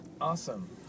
Awesome